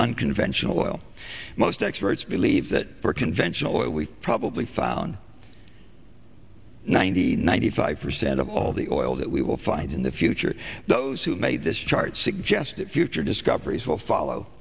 unconventional oil most experts believe that for conventional oil we've probably found ninety ninety five percent of all the oil that we will find in the future those who made this chart suggest that future discoveries will follow